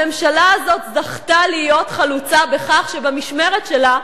הממשלה הזאת זכתה להיות חלוצה בכך שבמשמרת שלה,